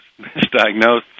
misdiagnosed